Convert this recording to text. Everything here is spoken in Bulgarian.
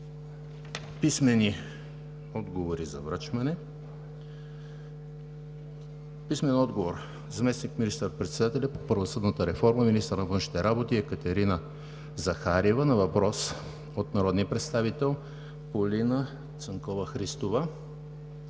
Писмени отговори за връчване от: - заместник министър-председателя по правосъдната реформа и министър на външните работи Екатерина Захариева на въпрос от народния представител Полина Цанкова Христова;